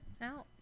out